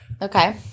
Okay